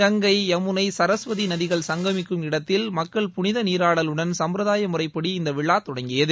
கங்கை யமுனை சரஸ்வதி நதிகள் சங்கமிக்கும் இடத்தில் மக்கள் புனித நீராடலுடன் சும்ப்ரதாய முறைப்படி இந்த விழா தொடங்கியது